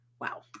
Wow